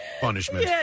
punishment